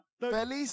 Feliz